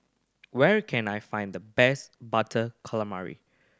where can I find the best Butter Calamari